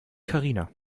karina